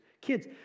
Kids